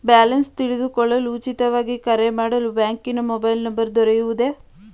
Balance ತಿಳಿದುಕೊಳ್ಳಲು ಉಚಿತವಾಗಿ ಕರೆ ಮಾಡಲು ಬ್ಯಾಂಕಿನ ಮೊಬೈಲ್ ನಂಬರ್ ದೊರೆಯುವುದೇ?